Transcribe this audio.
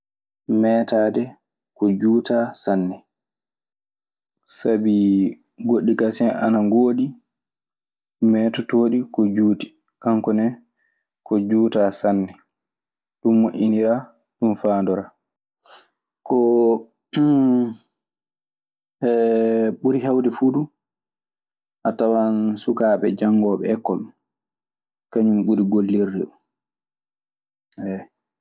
Meetaade ko juutaa sanne. Sabi goɗɗi kasen ana ngoodi meetotooɗi ko juuti. Kanko ne ko juutaa sanne. Ɗun moƴƴiniraa. Ɗun faandoraa. Koo ɓuri heewde fuu du, a tawan sukaaɓe janngooɓe ekkol, kañun ɓuri gollirde ɗun.